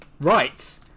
right